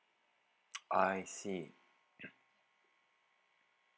I see